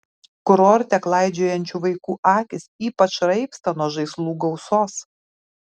kurorte klaidžiojančių vaikų akys ypač raibsta nuo žaislų gausos